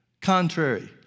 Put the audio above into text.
contrary